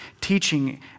teaching